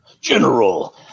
general